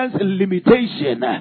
limitation